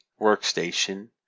workstation